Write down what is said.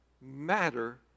matter